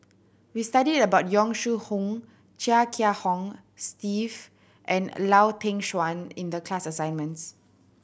we studied about Yong Shu Hoong Chia Kiah Hong Steve and Lau Teng Chuan in the class assignments